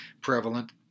prevalent